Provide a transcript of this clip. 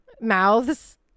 mouths